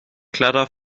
klarer